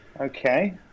Okay